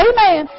Amen